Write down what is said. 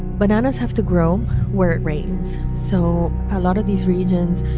bananas have to grow where it rains. so a lot of these regions,